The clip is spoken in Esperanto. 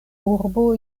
urbo